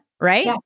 right